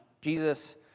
Jesus